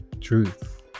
truth